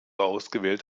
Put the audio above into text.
ausgewählt